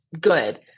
good